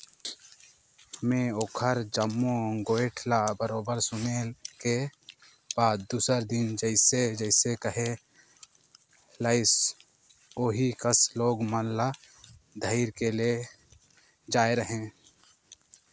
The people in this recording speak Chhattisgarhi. में ओखर जम्मो गोयठ ल बरोबर सुने के बाद दूसर दिन जइसे जइसे कहे लाइस ओही कस लोग मन ल धइर के ले जायें रहें